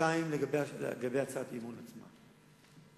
לגבי הצעת האי-אמון עצמה,